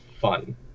fun